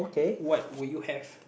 what would you have